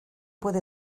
puede